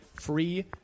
free